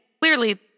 clearly